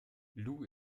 lou